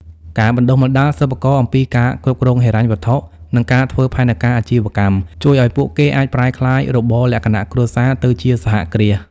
ការបណ្ដុះបណ្ដាលសិប្បករអំពីការគ្រប់គ្រងហិរញ្ញវត្ថុ និងការធ្វើផែនការអាជីវកម្ម ជួយឱ្យពួកគេអាចប្រែក្លាយរបរលក្ខណៈគ្រួសារទៅជាសហគ្រាស។